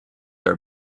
are